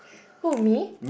who me